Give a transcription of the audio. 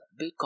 Bitcoin